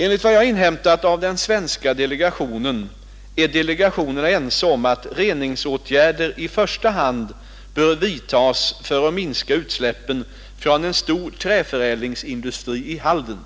Enligt vad jag inhämtat av den svenska delegationen är delegationerna ense om att reningsåtgärder i första hand bör vidtas för att minska utsläppen från en stor träförädlingsindustri i Halden.